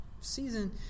season